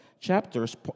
chapters